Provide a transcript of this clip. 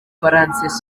françois